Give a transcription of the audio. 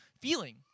feeling